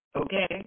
Okay